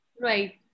Right